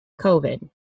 COVID